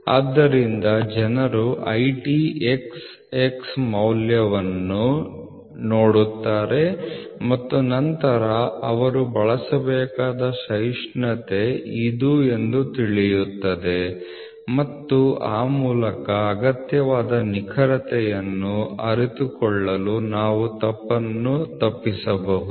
ಆದ್ದರಿಂದ ಜನರು IT xx ಮೌಲ್ಯವನ್ನು ನೋಡುತ್ತಾರೆ ಮತ್ತು ನಂತರ ಅವರು ಬಳಸಬೇಕಾದ ಸಹಿಷ್ಣುತೆ ಇದು ಎಂದು ತಿಳಿಯುತ್ತದೆ ಮತ್ತು ಆ ಮೂಲಕ ಅಗತ್ಯವಾದ ನಿಖರತೆಯನ್ನು ಅರಿತುಕೊಳ್ಳಲು ನಾವು ತಪ್ಪನ್ನು ತಪ್ಪಿಸಬಹುದು